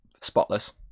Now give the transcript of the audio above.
spotless